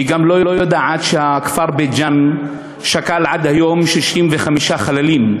היא גם לא יודעת שהכפר בית-ג'ן שכל עד היום 65 חללים,